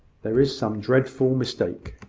there is some dreadful mistake.